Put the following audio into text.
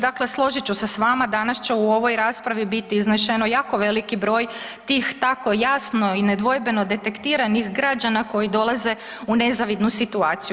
Dakle složit ću se s vama, danas će u ovoj raspravi biti iznešeno jako veliki broj tih tako jasno i nedvojbeno detektiranih građana koji dolaze u nezavidnu situaciju.